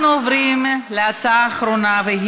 אנחנו עוברים להצעה האחרונה: